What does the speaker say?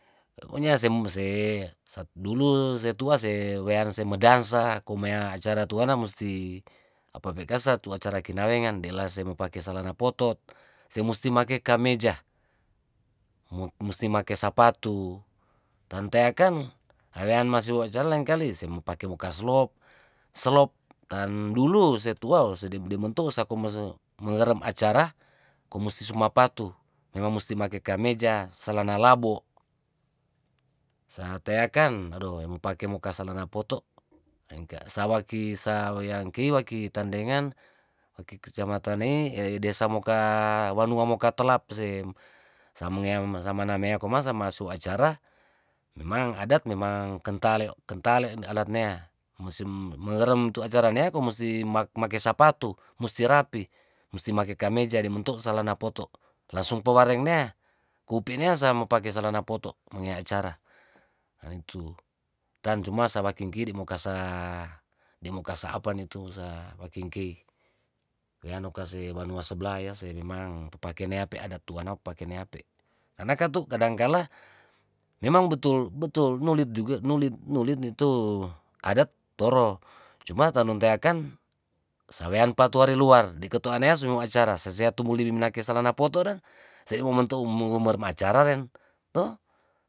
Pokonya se sat dulu sat setua se wearse medansa kumea acara tuana musti apape kasa acara tuane musti apape kasa tuacara kinawengan dila se mopake salana poto' se musti make kameja, musti make sapatu tanteakan hawean masiwo acara lengkali semopake muka slop, selop tan dulu setua o sedimentu sakumus mengerem acara komusisuma patu memang musti make kameja salana labo' sateakan odoh memang mo pake mo salana poto' ringke sawaki sa weyangkei waki tandegan waki kecamatanei desa moka wanua moka telap se samangeang samanamea koma samasu acara memang adat memang kentale kentale ne adat nea mosem mengerem tu acara nea kong musi mak make sapatu musti rapih musti make kameja dementu salana poto' langsung pawareng nea kupi nea mo pake salana poto mongea acara aitu tan cuma samakin kiri mokasa de mokasa apane tu sa making kei weanu kase wanua sebla ya sebe mang papakenea pe adat tuana pakenea pekarna karna katu kadangkala memang betul betul nulit juga nulit nulit di tu adat toro cuma tanun teakan sawean patuari luar diketuanea somo acara seseatumi bliminake salana poto' dang se' mu mentuumumenger acara ren toh.